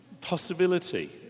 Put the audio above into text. possibility